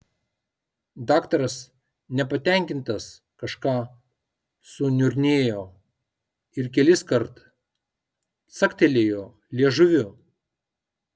daktaras nepatenkintas kažką suniurnėjo ir keliskart caktelėjo liežuviu